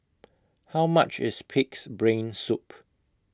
How much IS Pig'S Brain Soup